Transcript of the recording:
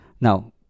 now